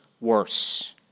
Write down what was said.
worse